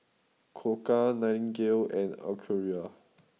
Koka Nightingale and Acura